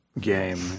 game